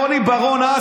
רוני בר און אז,